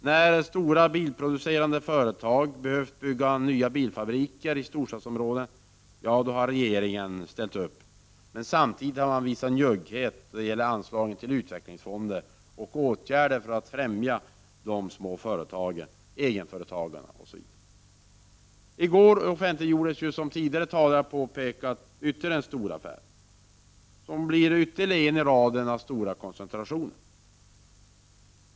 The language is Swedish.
När stora bilproducerande företag behöver bygga nya bilfabriker i storstadsområden har regeringen ställt upp. Samtidigt har man visat en njugghet i anslagen till utvecklingsfonder och när det gäller åtgärder för att främja de små företagen och egenföretagarna. I går offentliggjordes — som tidigare talare har påpekat — ytterligare en storaffär, som blir en i raden av stora koncentrationer.